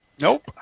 Nope